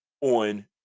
on